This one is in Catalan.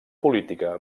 política